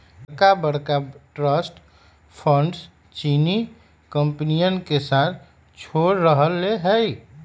बड़का बड़का trust funds चीनी कंपनियन के साथ छोड़ रहले है